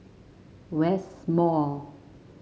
West Mall